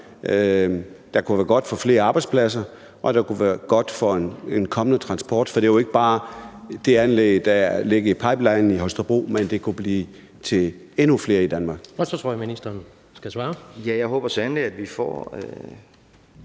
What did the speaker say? der kunne være godt for flere arbejdspladser og kunne være godt for en kommende transport? For det er jo ikke bare det anlæg, der ligger i pipelinen i Holstebro, men det kunne blive til endnu flere i Danmark.